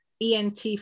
ENT